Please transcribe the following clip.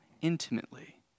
intimately